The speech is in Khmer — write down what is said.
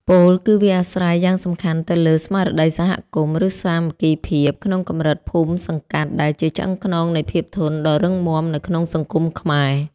ពោលគឺវាអាស្រ័យយ៉ាងសំខាន់ទៅលើ ស្មារតីសហគមន៍ ឬសាមគ្គីភាពក្នុងកម្រិតភូមិសង្កាត់ ដែលជាឆ្អឹងខ្នងនៃភាពធន់ដ៏រឹងមាំនៅក្នុងសង្គមខ្មែរ។